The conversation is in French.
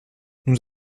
nous